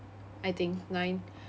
I think nine